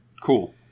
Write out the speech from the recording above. Cool